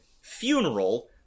Funeral